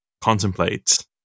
contemplate